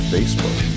Facebook